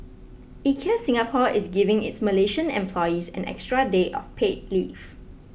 IKEA Singapore is giving its Malaysian employees an extra day of paid leave